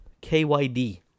K-Y-D